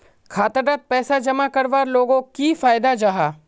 खाता डात पैसा जमा करवार लोगोक की फायदा जाहा?